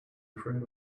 afraid